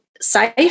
safe